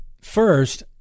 First